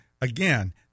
again